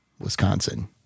wisconsin